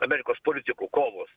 amerikos politikų kovos